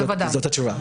זאת התשובה.